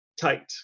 tight